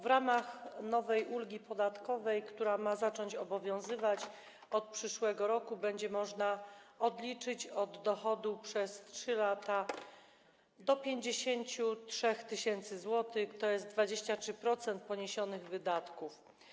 W ramach nowej ulgi podatkowej, która ma zacząć obowiązywać od przyszłego roku, będzie można odliczyć od dochodu przez 3 lata do 53 tys. zł, tj. 23% poniesionych wydatków.